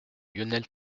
lionel